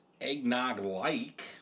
eggnog-like